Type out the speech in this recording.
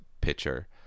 pitcher